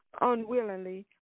unwillingly